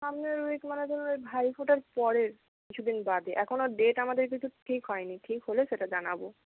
সামনের উইক মানে ধরুন ওই ভাইফোঁটার পরের কিছু দিন বাদে এখনো ডেট আমাদের কিছু ঠিক হয় নি ঠিক হলে সেটা জানাবো